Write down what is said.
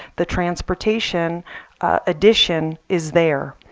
the transportation addition is there.